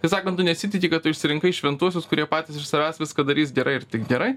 tai sako tu nesitiki kad tu išsirinkai šventuosius kurie patys iš savęs viską darys gerai ir gerai